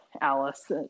Alice